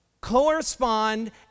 correspond